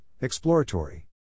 Exploratory